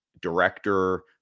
director